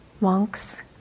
monks